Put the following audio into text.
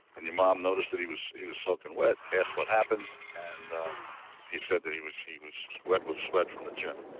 and your mom noticed that he was he was soaking wet. asked what happened, and he said that he was. he was wet with sweat from the gym.